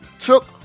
took